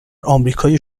آمریکای